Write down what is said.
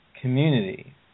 community